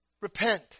repent